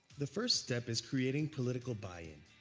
the first step is creating political buy in.